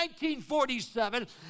1947